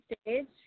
stage